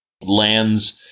lands